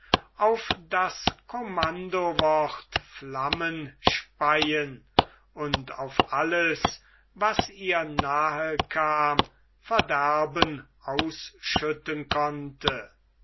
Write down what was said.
auf das commandowort flammen speien und auf alles was ihr nahe kam verderben ausschütten konnte